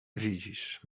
widzisz